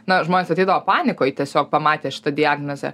na žmonės ateidavo panikoj tiesiog pamatę šitą diagnozę